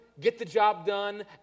get-the-job-done